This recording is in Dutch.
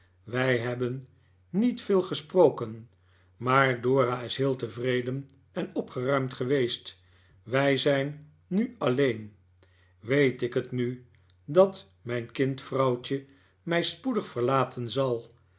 wij hebben niet veel gesproken maar dora is heel tevreden en opgeruimd geweest wij zijn nu alleen weet ik het nu dat mijn kind vrouwtje mij spoedig verlaten zal